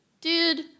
Dude